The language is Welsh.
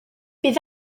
bydd